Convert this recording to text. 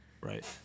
Right